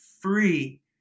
free